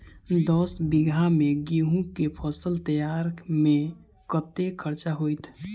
दस बीघा मे गेंहूँ केँ फसल तैयार मे कतेक खर्चा हेतइ?